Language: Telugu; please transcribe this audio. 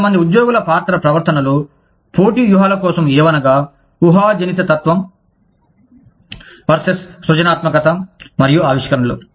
కొంతమంది ఉద్యోగుల పాత్ర ప్రవర్తనలు పోటీ వ్యూహాల కోసం ఏవనగా ఊహాజనితత్వం వర్సెస్ సృజనాత్మకత మరియు ఆవిష్కరణలు